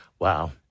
Wow